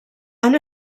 han